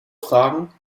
fragen